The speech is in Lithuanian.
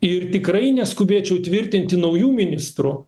ir tikrai neskubėčiau tvirtinti naujų ministrų